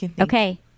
Okay